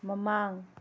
ꯃꯃꯥꯡ